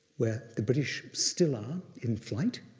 where the british still are in flight.